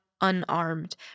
unarmed